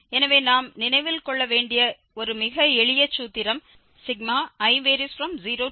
எனவே நாம் நினைவில் கொள்ள வேண்டிய ஒரு மிக எளிய சூத்திரம்i0nLixf ஆகும்